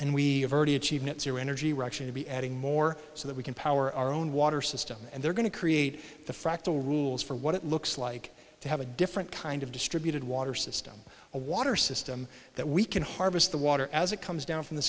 have already achieved that zero energy reaction to be adding more so that we can power our own water system and they're going to create the fractal rules for what it looks like to have a different kind of distributed water system a water system that we can harvest the water as it comes down from the